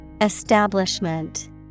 Establishment